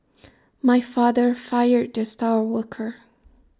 my father fired the star worker